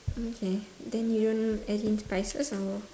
okay then you don't add in spices or